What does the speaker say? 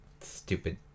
stupid